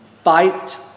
Fight